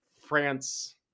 France